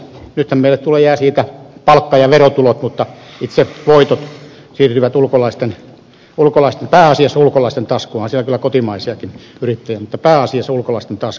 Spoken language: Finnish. nythän meille tuloja jää siitä palkka ja verotulot mutta itse voitot siirtyvät pääasiassa ulkomaalaisten taskuun onhan siellä kyllä kotimaisiakin yrittäjiä mutta pääasiassa ulkomaalaisten taskuun